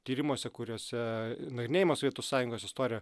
tyrimuose kuriuose nagrinėjama sovietų sąjungos istorija